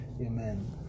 Amen